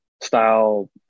style